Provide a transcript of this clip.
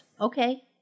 Okay